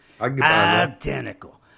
Identical